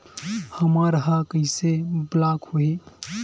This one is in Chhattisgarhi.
हमर ह कइसे ब्लॉक होही?